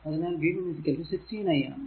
അതിനാൽ v 1 16 i ആണ്